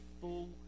full